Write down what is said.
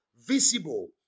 Visible